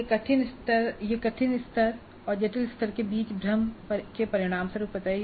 यह कठिनाई स्तर और जटिल स्तर के बीच भ्रम के परिणामस्वरूप होता है